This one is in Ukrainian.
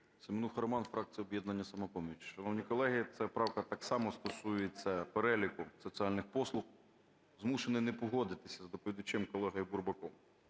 Семенуха Роман, фракція "Об'єднання "Самопоміч". Шановні колеги, ця правка так само стосується переліку соціальних послуг. Змушений не погодитися з доповідачем колегою Бурбаком.